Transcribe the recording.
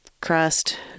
crust